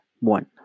One